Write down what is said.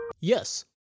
Yes